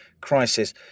crisis